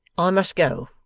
i must go,